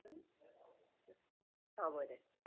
हा बरें